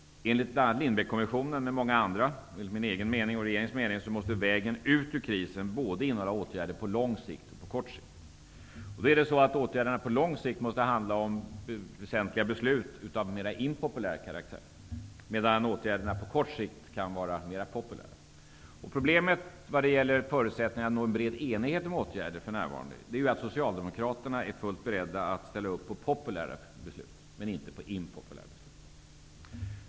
Enligt Lindbeckkommissionen, min mening, regeringens mening och många andras mening måste vägen ut ur krisen innehålla både åtgärder på lång sikt och på kort sikt. Åtgärderna på lång sikt måste innefatta väsentliga beslut av mera impopulär karaktär, medan åtgärderna på kort sikt kan vara mera populära. Problemet när det för närvarande gäller att nå en bred enighet om åtgärderna är att Socialdemokraterna är fullt beredda att ställa upp på populära beslut men inte på impopulära.